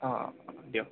অঁ দিয়ক